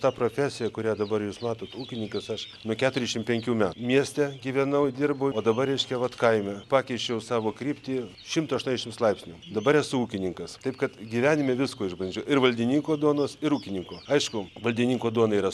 ta profesija kurią dabar jūs matot ūkininkas aš nuo keturiasdešimt penkių metų mieste gyvenau dirbu o dabar reiškia vat kaime pakeičiau savo kryptį šimtą aštuoniasdešimts laipsnių dabar esu ūkininkas taip kad gyvenime visko išbandžiau ir valdininko duonos ir ūkininko aišku valdininko duona yra